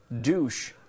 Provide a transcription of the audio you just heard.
douche